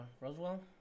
Roswell